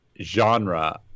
genre